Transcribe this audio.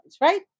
right